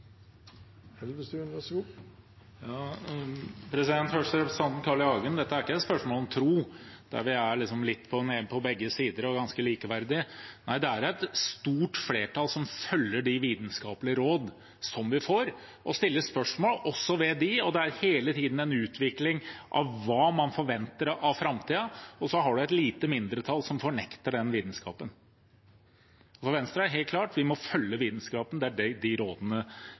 Først til representanten Carl I. Hagen: Dette er ikke et spørsmål om tro der vi liksom er ganske likeverdige på begge sider. Nei, det er et stort flertall som følger de vitenskapelige råd vi får, og stiller også spørsmål ved dem. Det er hele tiden en utvikling av hva man forventer av framtiden, og så har man et lite mindretall som fornekter den vitenskapen. For Venstre er det helt klart: Vi må følge vitenskapen, det er de rådene